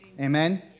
Amen